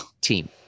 team